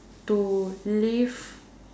to live